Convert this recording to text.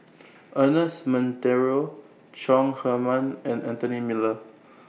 Ernest Monteiro Chong Heman and Anthony Miller